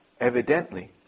Evidently